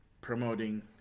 promoting